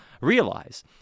realize